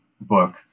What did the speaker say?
book